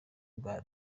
bwa